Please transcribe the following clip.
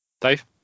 Dave